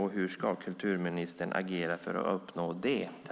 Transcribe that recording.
Hur ska kulturministern agera för att uppnå det?